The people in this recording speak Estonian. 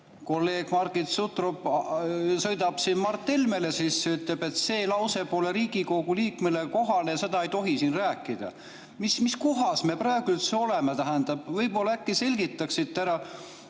kolleeg Margit Sutrop sõidab siin Mart Helmele sisse, ütleb, et see lause pole Riigikogu liikmele kohane ja seda ei tohi siin rääkida. Mis kohas me praegu üldse oleme? Tähendab, võib-olla äkki selgitaksite